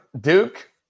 Duke